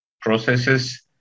processes